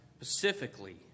specifically